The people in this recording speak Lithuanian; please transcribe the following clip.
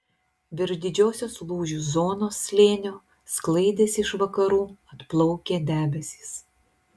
virš didžiosios lūžių zonos slėnio sklaidėsi iš vakarų atplaukę debesys